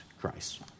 Christ